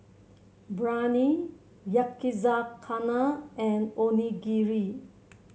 Biryani Yakizakana and Onigiri